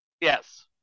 Yes